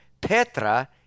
Petra